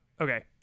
Okay